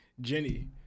Jenny